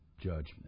judgment